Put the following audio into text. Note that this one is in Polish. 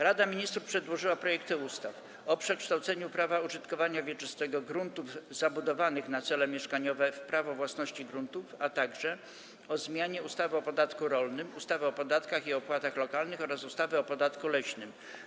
Rada Ministrów przedłożyła projekty ustaw: - o przekształceniu prawa użytkowania wieczystego gruntów zabudowanych na cele mieszkaniowe w prawo własności gruntów, - o zmianie ustawy o podatku rolnym, ustawy o podatkach i opłatach lokalnych oraz ustawy o podatku leśnym.